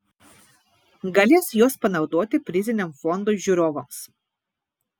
galės juos panaudoti priziniam fondui žiūrovams